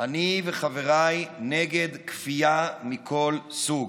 אני וחבריי נגד כפייה מכל סוג,